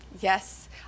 Yes